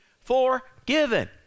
forgiven